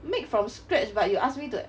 make from scratch but you ask me to